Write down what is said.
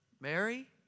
Mary